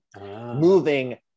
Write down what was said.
moving